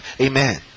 amen